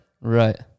Right